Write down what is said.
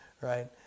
right